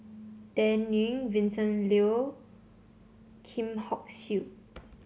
Dan Ying Vincent Leow Kim Hock Siew